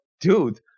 dude